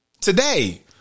today